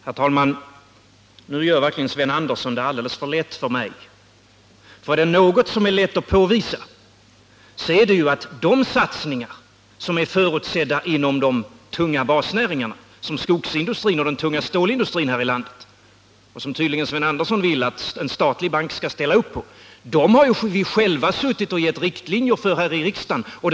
Herr talman! Nu gör Sven Andersson i Örebro det verkligen alldeles för lätt för mig. Är det något som är lätt att påvisa så är det att de satsningar som man har förutsatt skall ske inom de tunga basnäringarna här i landet, såsom skogsindustrin och den tunga stålindustrin, och som Sven Andersson tydligen vill att en statlig bank skall ställa upp på, har vi själva här i riksdagen dragit upp riktlinjerna för.